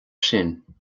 sin